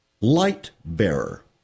Light-bearer